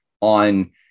on